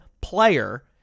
player